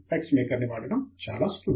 Texmaker ని వాడటం చాలా సులువు